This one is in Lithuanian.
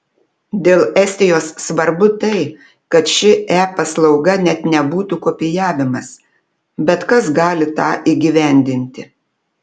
dėl estijos svarbu tai kad ši e paslauga net nebūtų kopijavimas bet kas gali tą įgyvendinti